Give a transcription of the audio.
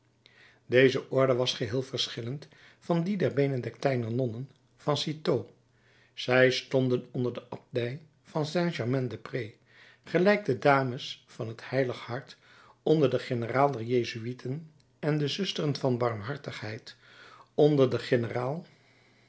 deze orde was geheel verschillend van die der benedictijner nonnen van citeaux zij stonden onder de abdij van saint germain des prés gelijk de dames van het heilig hart onder den generaal der jezuieten en de zusteren van barmhartigheid onder den generaal